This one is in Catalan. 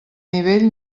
nivell